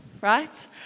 right